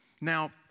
Now